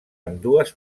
ambdues